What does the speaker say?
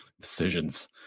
decisions